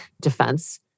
defense